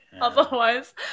otherwise